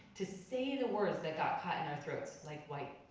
to say the words that got caught in our throats like white